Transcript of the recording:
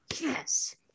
Yes